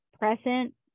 present